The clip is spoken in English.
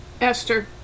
Esther